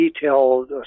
detailed